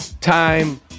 time